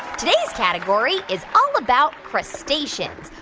today's category is all about crustaceans.